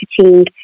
marketing